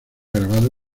grabado